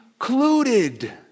included